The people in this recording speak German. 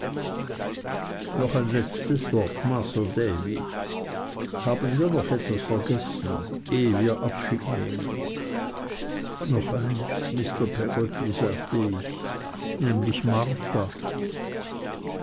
noch ein letztes wort masr davy haben wir noch etwas vergessen ehe wir abschied nehmen noch eins mr peggotty sagte ich nämlich marta